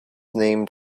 named